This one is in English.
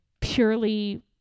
purely